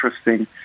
interesting